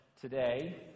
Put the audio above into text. today